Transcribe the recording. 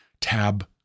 tab